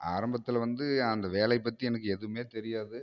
ஆரம்பத்தில் வந்து அந்த வேலை பற்றி எனக்கு எதுவுமே தெரியாது